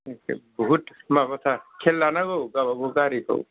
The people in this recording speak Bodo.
एखे बुहुत माबा थार खेल लानांगौ गावबा गाव गारिखौ